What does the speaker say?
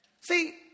See